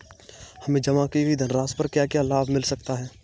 हमें जमा की गई धनराशि पर क्या क्या लाभ मिल सकता है?